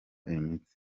imitsi